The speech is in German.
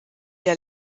der